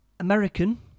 American